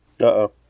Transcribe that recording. Uh-oh